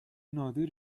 نادری